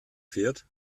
fährt